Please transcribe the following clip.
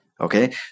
Okay